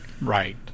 Right